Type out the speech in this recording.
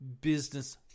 business